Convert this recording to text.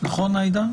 נכון, עאידה?